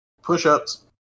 Push-ups